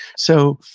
so,